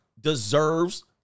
deserves